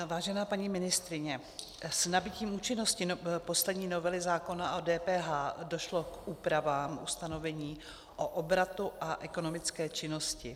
Vážená paní ministryně, s nabytím účinnosti poslední novely zákona o DPH došlo k úpravám ustanovení o obratu a ekonomické činnosti.